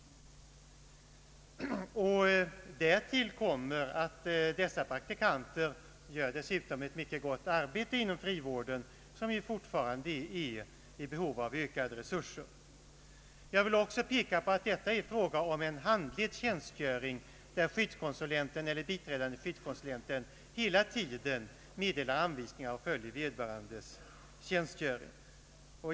Därtill kommer att dessa praktikanter uträttar ett mycket gott arbete inom frivården, vilken fortfarande är i behov av ökade resurser. Jag vill också påpeka att det är fråga om en handledd tjänstgöring, där skyddskonsulenten = eller biträdande skyddskonsulenten hela tiden meddelar anvisningar och följer vederbörandes tjänstgöring.